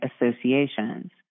associations